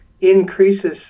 increases